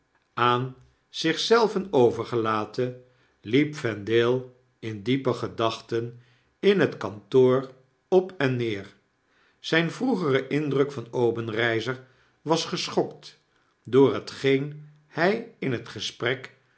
aan zich zelven overgelaten liep vendale in diepe gedachten in het kantoor op en neer zyn vroegere indruk van obenreizer was geschokt door hetgeen hy in het gesprek